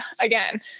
again